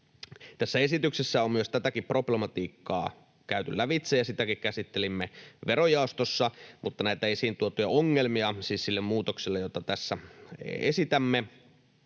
Tässä esityksessä on myös tätäkin problematiikkaa käyty lävitse, ja sitäkin käsittelimme verojaostossa, mutta näitä esiin tuotuja ongelmia, siis sille muutokselle, jota tässä esitämme,